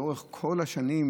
לאורך כל השנים,